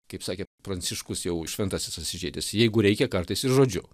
kaip sakė pranciškus jau šventasis asyžietis jeigu reikia kartais ir žodžiu